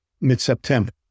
mid-September